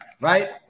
right